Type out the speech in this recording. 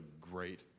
great